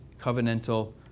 covenantal